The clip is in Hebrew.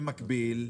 תודה לך,